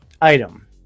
item